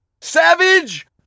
Savage